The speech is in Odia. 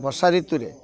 ବର୍ଷା ଋତୁରେ